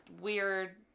weird